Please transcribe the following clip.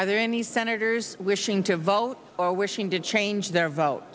are there any senators wishing to vote or wishing to change their vote